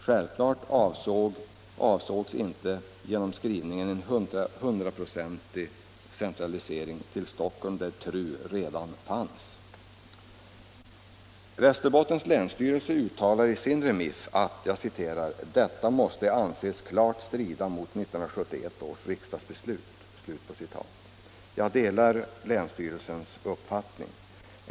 Självklart avsågs inte genom skrivningen en hundraprocentig centralisering till Stockholm där TRU redan fanns. Västerbottens länsstyrelse uttalar i sin remiss att ”detta måste anses klart strida mot 1971 års riksdagsbeslut”. Jag delar länsstyrelsens uppfattning.